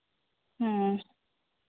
ᱦᱮᱸ